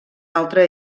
altre